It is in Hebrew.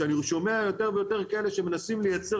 שאני שומע על יותר ויותר כאלה שמנסים לייצר